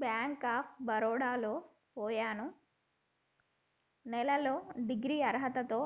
bank of బరోడలో పొయిన నెలలో డిగ్రీ అర్హతతో